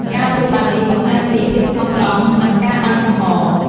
ការធ្វើបែបនេះបង្ហាញពី ភាពស្មោះត្រង់ និងការបើកចំហ។